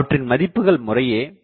அவற்றின் மதிப்புகள் முறையே Le 0